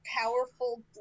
powerful